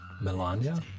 Melania